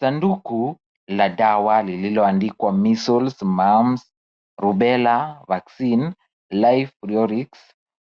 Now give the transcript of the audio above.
Sanduku la dawa lililoandikwa Measles Mumps Rubella Vaccine live priorix